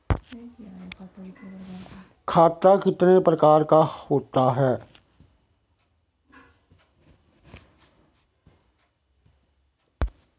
खाता कितने प्रकार का होता है?